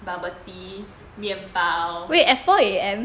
bubble tea 面包